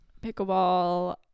Pickleball